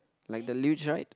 like the luge right